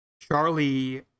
Charlie